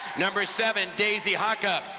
number seven, daisy haukap.